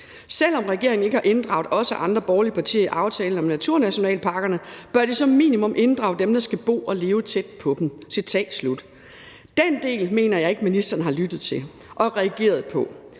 Selv om regeringen ikke har inddraget os og andre borgerlige partier i aftalen om naturnationalparkerne, bør de som minimum inddrage dem, der skal bo og leve tæt på dem.« Den del mener jeg ikke at ministeren har lyttet til og reageret på.